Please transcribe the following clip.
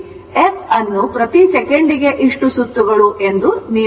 f ಅನ್ನು ಪ್ರತಿ ಸೆಕೆಂಡಿಗೆ ಇಷ್ಟು ಸುತ್ತುಗಳು ಎಂದು ನೀಡಬಹುದು